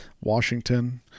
Washington